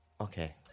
Okay